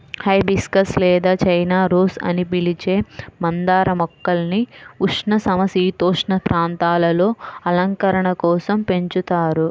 hibiscus లేదా China rose అని పిలిచే మందార మొక్కల్ని ఉష్ణ, సమసీతోష్ణ ప్రాంతాలలో అలంకరణ కోసం పెంచుతారు